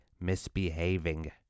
misbehaving